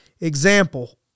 example